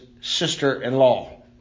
sister-in-law